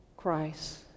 Christ